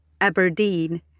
Aberdeen